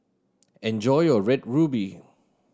enjoy your Red Ruby